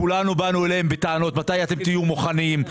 כולנו באנו אליהם בטענות מתי הם יהיו מוכנים.